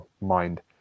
mind